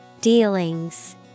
Dealings